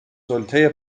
سلطه